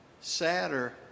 sadder